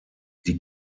die